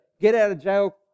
get-out-of-jail-